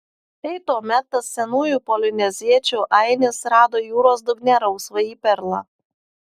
tai tuomet tas senųjų polineziečių ainis rado jūros dugne rausvąjį perlą